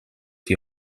die